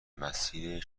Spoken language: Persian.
مسیری